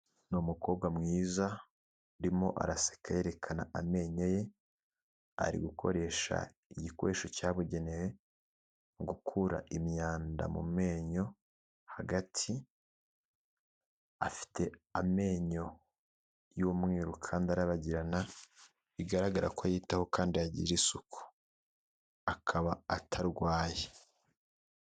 Ni umukobwa mwiza urimo araseka yerekana amenyo ye, ari gukoresha igikoresho cyabugenewe mu gukura imyanda mu menyo hagati, afite amenyo y'umweru kandi arabagirana bigaragara ko ayitaho kandi agira isuku akaba atarwaye.